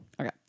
Okay